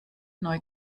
neu